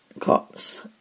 cops